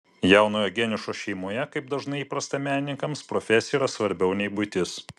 jaunojo geniušo šeimoje kaip dažnai įprasta menininkams profesija yra svarbiau nei buitis